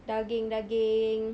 daging daging